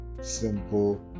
simple